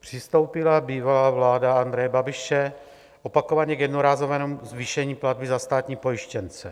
přistoupila bývalá vláda Andreje Babiše opakovaně k jednorázovému zvýšení platby za státní pojištěnce.